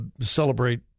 celebrate